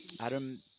Adam